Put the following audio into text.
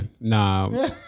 nah